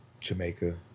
Jamaica